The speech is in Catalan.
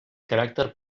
caràcter